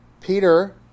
Peter